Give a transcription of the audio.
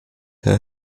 her